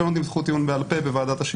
שלא נותנים זכות טיעון בעל פה בוועדת השחרורים.